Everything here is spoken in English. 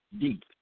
deep